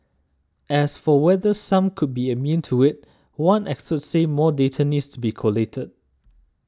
as for whether some could be immune to it one expert said more data needs to be collated